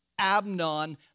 Abnon